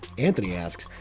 anthony asks,